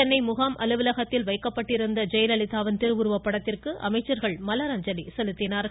சென்னை முகாம் அலுவலகத்தில் வைக்கப்பட்டிருந்த ஜெயலலிதாவின் திருவுருவ படத்திற்கு அமைச்சர்கள் மலரஞ்சலி செலுத்தினார்கள்